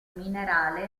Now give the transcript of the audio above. minerale